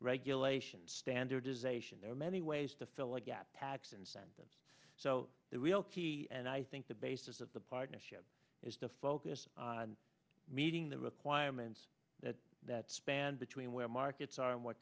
regulations standardization there are many ways to fill the gap tax incentives so the real key and i think the basis of the partnership is to focus on meeting the requirements that that span between where markets are and what